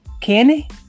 Candy